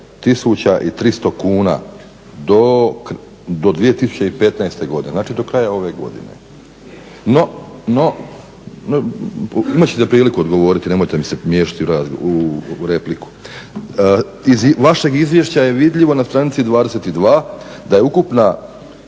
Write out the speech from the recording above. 300 kuna do 2015. godine znači do kraja ove godine. No imat ćete priliku odgovoriti, nemojte mi se miješati u repliku. Iz vašeg izvješća je vidljivo na stranici 22.da je ukupna